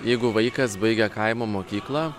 jeigu vaikas baigia kaimo mokyklą